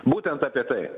būtent apie tai